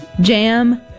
jam